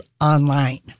online